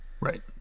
Right